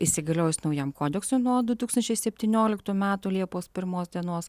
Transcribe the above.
įsigaliojus naujam kodeksui nuo du tūkstančiai septynioliktų metų liepos pirmos dienos